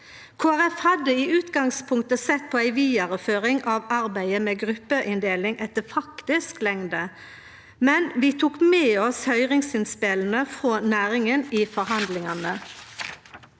hadde i utgangspunktet sett på ei vidareføring av arbeidet med gruppeinndeling etter faktisk lengde, men vi tok med oss høyringsinnspela frå næringa i forhandlingane.